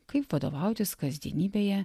kaip vadovautis kasdienybėje